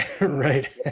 Right